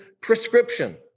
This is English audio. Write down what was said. prescription